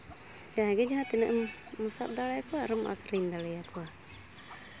ᱡᱟᱦᱟᱸᱭ ᱜᱮ ᱡᱟᱦᱟᱸ ᱛᱤᱱᱟᱹᱜ ᱮᱢ ᱥᱟᱵ ᱫᱟᱲᱮᱭ ᱠᱚᱣᱟ ᱟᱨᱮᱢ ᱟᱹᱠᱷᱨᱤᱧ ᱫᱟᱲᱮᱭᱟᱠᱚᱣᱟ